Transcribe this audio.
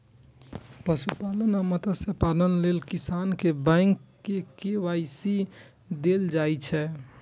पशुपालन आ मत्स्यपालन लेल किसान कें के.सी.सी सुविधा देल जाइ छै